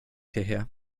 hierher